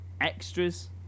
extras